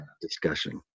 discussion